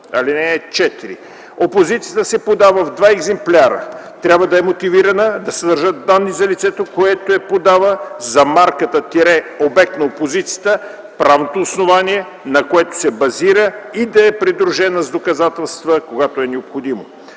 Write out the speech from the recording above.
ведомство. (4) Опозицията се подава в два екземпляра, трябва да е мотивирана, да съдържа данни за лицето, което я подава, за марката – обект на опозицията, правното основание, на което се базира, и да е придружена с доказателства, когато е необходимо.